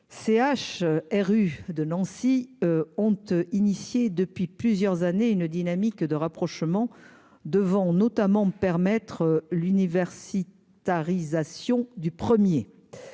C H R U de Nancy honte initié depuis plusieurs années une dynamique de rapprochement devant notamment permettre l'univers si starisation du 1er